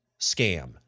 scam